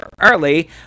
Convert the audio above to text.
early